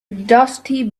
dusty